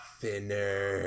Thinner